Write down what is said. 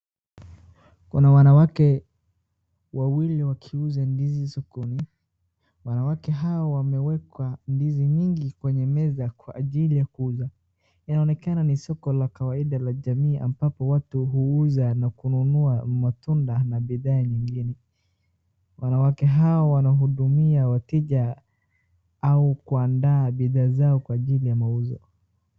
Kuna wanawake wawili wakiuza ndizi sokoni. Wanawake hawa wameweka ndizi mingi kwenye meza kwa ajili ya kuuza. Inaonekana ni soko la kawaida la jamii ambapo watu huuza na hunua matuda na bidhaa nyengine. Wanawake hawa wanahudumia watejea au kuanda bidhaa zao kwa ajili mauzo.